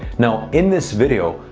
now, in this video,